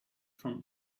from